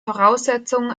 voraussetzungen